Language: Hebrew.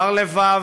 בר לבב,